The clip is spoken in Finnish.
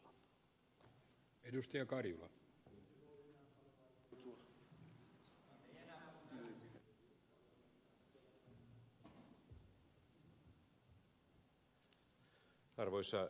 arvoisa puhemies